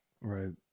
Right